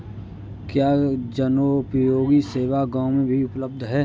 क्या जनोपयोगी सेवा गाँव में भी उपलब्ध है?